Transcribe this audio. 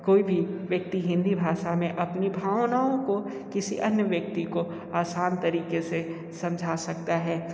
एवम कोई भी व्यक्ति हिंदी भाषा मै अपनी भावनाओं को किसी अन्य व्यक्ति को आसान तरीके से समझा सकता है